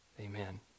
Amen